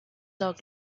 dog